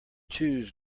choose